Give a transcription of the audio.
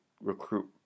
recruit